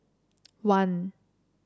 one